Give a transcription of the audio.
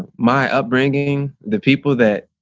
ah my upbringing, the people that